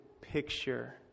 picture